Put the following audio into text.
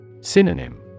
Synonym